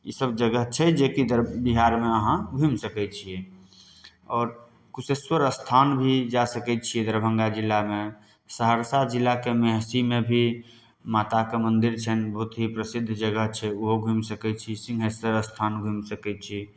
ईसब जगह छै जेकी बिहारमे अहाँ घुमि सकै छियै आओर कुशेश्वर स्थान भी जा सकै छियै दरभङ्गा जिलामे सहरसा जिलाके मेहषीमे भी माताके मन्दिर छैनि बहुत ही प्रसिद्ध जगह छै ओहो घुमि सकै छी सिंघेश्वर स्थान घुमि सकै छी